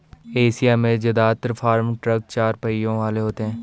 Asia में जदात्र farm truck चार पहियों वाले होते हैं